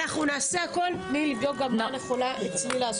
אנחנו נעשה הכול, תני לי לבדוק גם מה צריך לעשות.